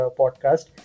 podcast